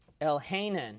Elhanan